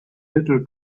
little